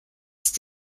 ist